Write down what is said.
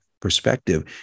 perspective